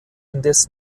indes